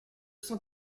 cent